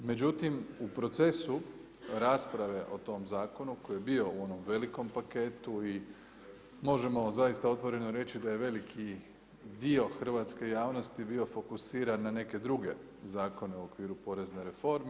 Međutim, u procesu rasprave u tom zakonu koji je bio u onom velikom paketu, možemo zaista otvoreno reći da je veliki dio hrvatske javnosti bio fokusiran na neke druge zakone u okviru porezne forme.